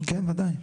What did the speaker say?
כן, בוודאי.